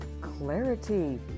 clarity